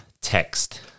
text